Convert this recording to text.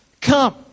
come